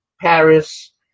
Paris